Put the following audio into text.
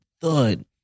thud